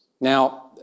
Now